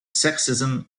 sexism